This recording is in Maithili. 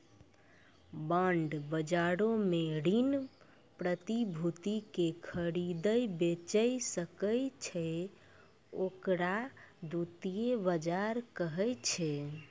बांड बजारो मे ऋण प्रतिभूति के खरीदै बेचै सकै छै, ओकरा द्वितीय बजार कहै छै